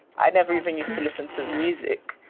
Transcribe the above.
i never even used to listen to music.